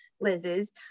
Liz's